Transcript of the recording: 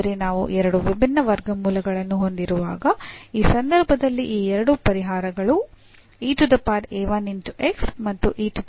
ಆದರೆ ನಾವು ಎರಡು ವಿಭಿನ್ನ ವರ್ಗಮೂಲಗಳನ್ನು ಹೊಂದಿರುವಾಗ ಈ ಸಂದರ್ಭದಲ್ಲಿ ಈ ಎರಡು ಪರಿಹಾರಗಳು ಮತ್ತು ಮಾತ್ರ